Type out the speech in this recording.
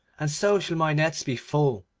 and so shall my nets be full